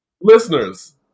Listeners